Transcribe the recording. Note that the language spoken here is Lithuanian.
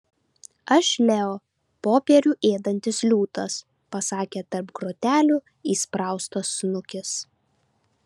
aš leo popierių ėdantis liūtas pasakė tarp grotelių įspraustas snukis